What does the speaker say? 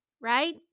right